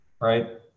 right